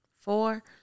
Four